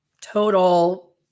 total